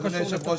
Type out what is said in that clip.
אדוני היושב-ראש,